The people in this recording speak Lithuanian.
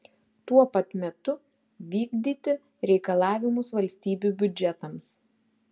tuo pat metu vykdyti reikalavimus valstybių biudžetams